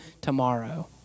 tomorrow